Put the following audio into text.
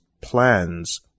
plans